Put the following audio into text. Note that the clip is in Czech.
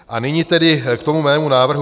A nyní tedy k tomu mému návrhu.